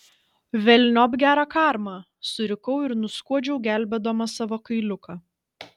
velniop gerą karmą surikau ir nuskuodžiau gelbėdama savo kailiuką